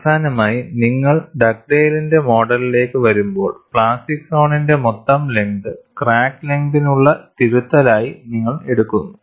അവസാനമായി നിങ്ങൾ ഡഗ്ഡെയ്ലിന്റെ മോഡലിലേക്ക് വരുമ്പോൾ പ്ലാസ്റ്റിക് സോണിന്റെ മൊത്തം ലെങ്ത് ക്രാക്ക് ലെങ്തിനുള്ള തിരുത്തലായി നിങ്ങൾ എടുക്കുന്നു